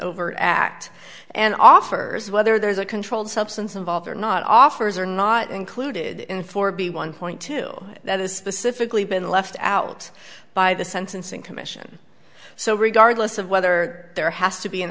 overt act and offers whether there's a controlled substance involved or not offers are not included in for b one point two that is specifically been left out by the sentencing commission so regardless of whether there has to